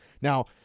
Now